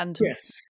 Yes